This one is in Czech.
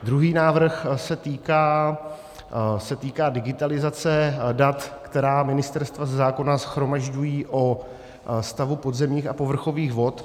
Druhý návrh se týká digitalizace dat, která ministerstva ze zákona shromažďují o stavu podzemních a povrchových vod.